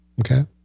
Okay